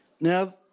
Now